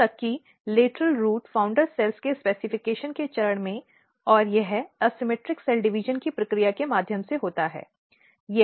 यहां तक कि लेटरल रूट संस्थापक कोशिकाओं के विनिर्देश के चरण में और यह असममित कोशिका विभाजन की प्रक्रिया के माध्यम से होता है